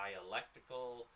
dialectical